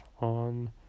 on